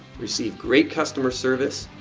receive great customer service,